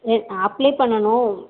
net apply பண்ணணும்